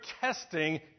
testing